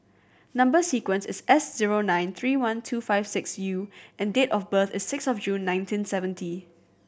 number sequence is S zero nine three one two five six U and date of birth is six of June nineteen seventy